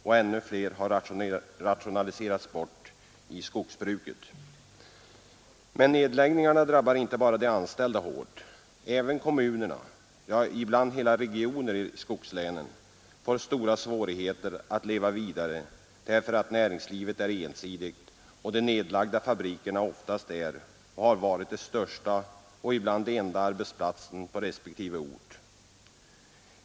Och ännu fler har rationaliserats bort i skogsbruket. Men nedläggningarna drabbar inte bara de anställda hårt. Även kommunerna, ja, ibland hela regioner i skogslänen, får stora svårigheter att leva vidare därför att näringslivet är ensidigt och den nedlagda fabriken oftast har varit den största och ibland den enda arbetsplatsen på respektive ort.